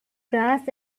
grass